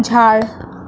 झाड